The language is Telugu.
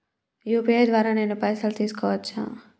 యూ.పీ.ఐ ద్వారా నేను పైసలు తీసుకోవచ్చా?